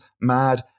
Mad